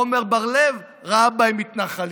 עמר בר לב ראה בהם מתנחלים.